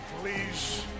please